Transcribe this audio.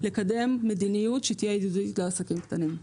להן לקדם מדיניות שתהיה ידידותית לעסקים קטנים.